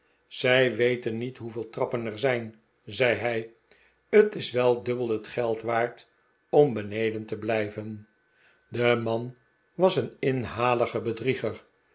zij weten niet hoeveel trappen er zijn zei hij het is wel dubbel het geld waard om beneden te blijven de man was een inhalige bedrieger